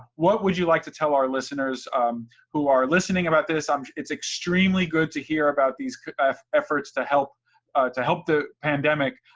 what would you like to tell our listeners who are listening about this? um it's extremely good to hear about these efforts to help to help the pandemic,